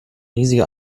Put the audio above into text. riesige